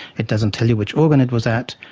it doesn't tell you which organ it was at,